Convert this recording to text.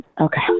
Okay